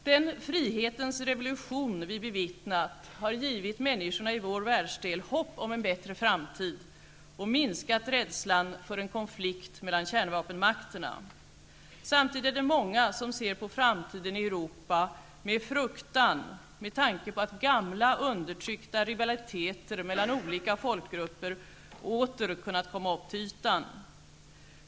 Den frihetens revolution vi bevittnat har givit människorna i vår världsdel hopp om en bättre framtid och minskat rädslan för en konflikt mellan kärnvapenmakterna. Samtidigt är det många som med fruktan ser på framtiden i Europa med tanke på att gamla undertryckta rivaliteter mellan olika folkgrupper åter kunnat stiga upp till ytan.